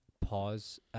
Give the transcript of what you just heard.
Pause